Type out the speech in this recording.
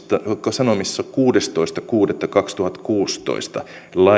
sanomissa kuudestoista kuudetta kaksituhattakuusitoista